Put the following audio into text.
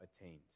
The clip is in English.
attained